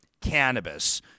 cannabis